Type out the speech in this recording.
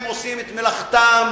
הם עושים את מלאכתם